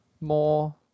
more